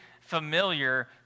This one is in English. familiar